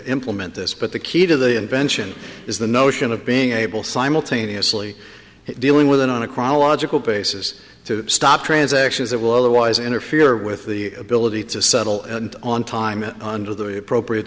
implement this but the key to the invention is the notion of being able simultaneously dealing with an on a chronological basis to stop transactions that will otherwise interfere with the ability to settle on time and under the appropriate